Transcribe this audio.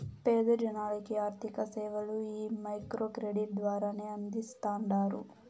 పేద జనాలకి ఆర్థిక సేవలు ఈ మైక్రో క్రెడిట్ ద్వారానే అందిస్తాండారు